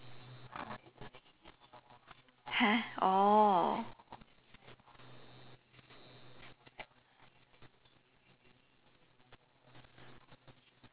!huh! oh